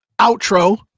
outro